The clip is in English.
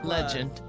Legend